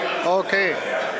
Okay